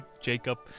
Jacob